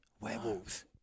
Werewolves